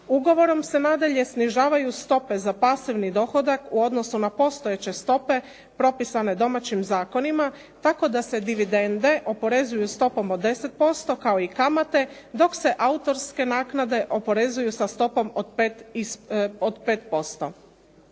Ugovorom se nadalje snižavaju stope za pasivni dohodak u odnosu na postojeće stope propisane domaćim zakonima, tako da se dividende oporezuju stopom od 10%, kao i kamate, dok se autorske kamate oporezuju sa stopom od 5%.